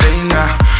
Now